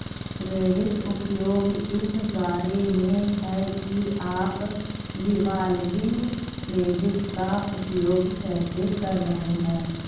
credit उपयोग इस बारे में है कि आप रिवॉल्विंग क्रेडिट का उपयोग कैसे कर रहे हैं